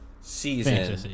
season